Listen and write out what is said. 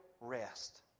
rest